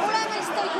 נגמרו להם ההסתייגויות.